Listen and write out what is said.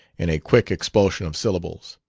in a quick expulsion of syllables.